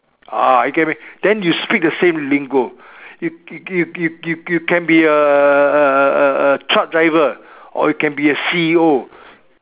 ah you get what I mean then you speak the same lingo you you you you can be a a a a a truck driver or you can be a C_E_O